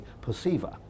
perceiver